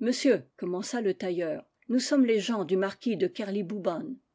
monsieur commença le tailleur nous sommes les gens du marquis de